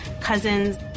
cousins